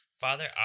Father